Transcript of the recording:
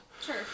sure